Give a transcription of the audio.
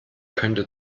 könnte